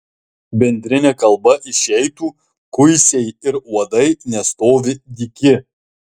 bendrine kalba išeitų kuisiai ir uodai nestovi dyki